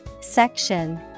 Section